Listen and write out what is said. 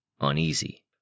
Uneasy